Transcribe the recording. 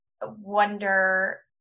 wonder